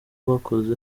bakoze